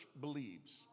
believes